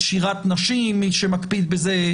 שירת נשים מי שמקפיד בזה,